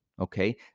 okay